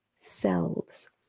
selves